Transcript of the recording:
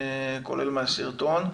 כולל מהסרטון.